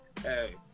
hey